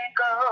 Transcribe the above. go